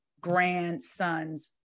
grandson's